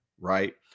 right